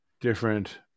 different